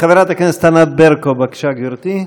חברת הכנסת ענת ברקו, בבקשה, גברתי.